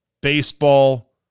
baseball